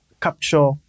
capture